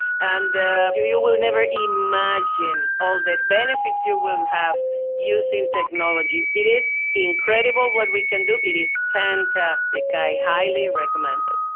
and you you will will never imagine all the benefits you will have using technology. it is incredible what we can do, it is fantastic. i highly recommend it.